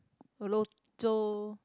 Rochor